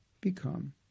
become